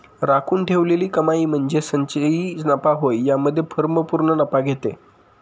राखून ठेवलेली कमाई म्हणजे संचयी नफा होय यामध्ये फर्म पूर्ण नफा घेते